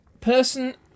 person